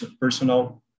personal